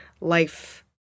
life